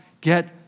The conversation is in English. get